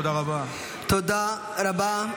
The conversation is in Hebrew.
תודה רבה.